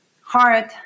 hard